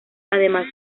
además